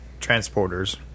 Transporters